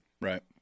Right